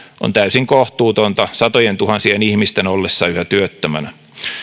on täysin kohtuutonta satojentuhansien ihmisten ollessa yhä työttömänä